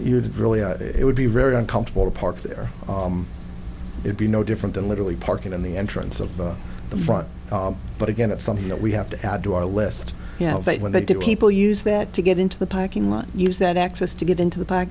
you'd really it would be very uncomfortable to park there would be no different than literally parking in the entrance of the front but again it's something that we have to add to our list you know when they do people use that to get into the parking lot use that access to get into the pack